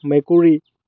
মেকুৰী